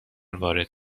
وارد